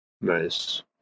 Nice